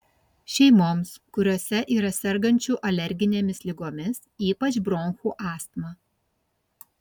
šeimoms kuriose yra sergančių alerginėmis ligomis ypač bronchų astma